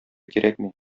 кирәкми